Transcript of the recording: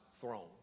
throne